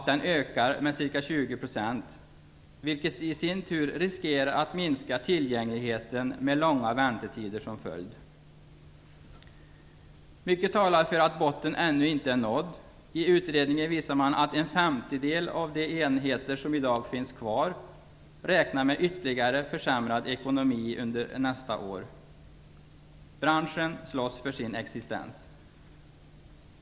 Den ökar med ca 20 %, vilket gör att tillgängligheten riskerar att minska med långa väntetider som följd. Mycket talar för att botten ännu inte är nådd. Utredningen visar att en femtedel av de enheter som i dag finns kvar räknar med en ytterligare försämrad ekonomi under nästa år. Branschen slåss för sin existens.